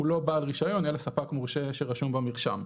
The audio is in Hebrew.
הוא לא בעל רישיון אלא ספק מורשה שרשום במרשם.